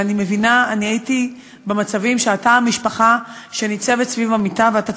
ואני הייתי במצבים שאתה במשפחה שניצבת סביב המיטה ואתה